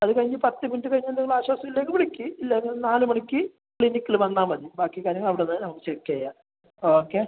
അത് കഴിഞ്ഞ് പത്ത് മിനിറ്റ് കഴിഞ്ഞെ് എന്തെങ്കിലും ആശ്വാസം ഇല്ലെങ്കിൽ വിളിക്ക് ഇല്ല നാല് മണിക്ക് ക്ലിനിക്കിൽ വന്നാൽ മതി ബാക്കി കാര്യങ്ങൾ അവിടെ നിന്ന് നമുക്ക് ചെക്ക് ചെയ്യാം ഓക്കെ